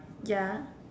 ya